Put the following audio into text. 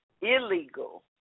illegal